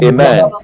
Amen